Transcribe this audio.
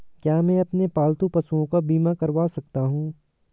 क्या मैं अपने पालतू पशुओं का बीमा करवा सकता हूं?